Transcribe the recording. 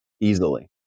easily